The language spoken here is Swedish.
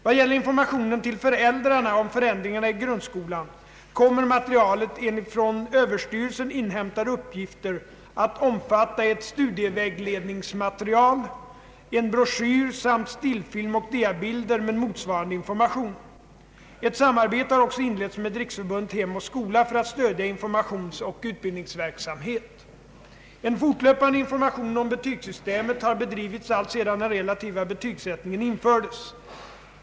Vad gäller informationen till föräldrarna om förändringarna i grundskolan kommer materialet enligt från överstyrelsen inhämtade uppgifter att omfatta ett studievägledningsmaterial, en broschyr samt stillfilm och diabilder med motsvarande information, Ett sam arbete har också inletts med Riksförbundet Hem och skola för att stödja informationsoch utbildningsverksamhet. En fortlöpande information om betygsystemet har bedrivits alltsedan den relativa betygsättningen infördes.